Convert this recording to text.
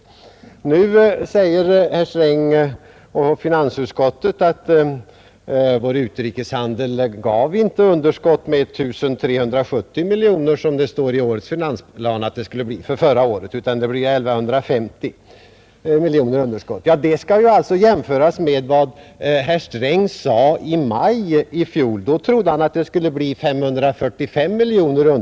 Men nu framhåller herr Sträng, och finansutskottet skriver detsamma, att vår utrikeshandel inte resulterade i ett underskott på 1 370 miljoner, som det angavs i förra årets finansplan, utan underskottet har i stället blivit I 150 miljoner. Ja, det underskottet skall då jämföras med vad herr Sträng uppgav i maj i fjol. Då trodde han att underskottet skulle bli 545 miljoner.